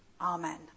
Amen